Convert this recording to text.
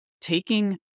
taking